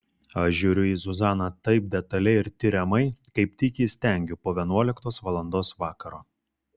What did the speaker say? aš žiūriu į zuzaną taip detaliai ir tiriamai kaip tik įstengiu po vienuoliktos valandos vakaro